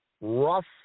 Rough